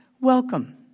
welcome